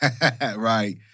Right